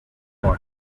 body